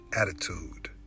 attitude